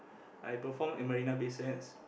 I perform at Marina-Bay-Sands